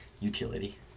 Utility